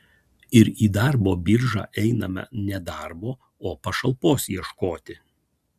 ir į darbo biržą einama ne darbo o pašalpos ieškoti